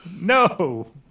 no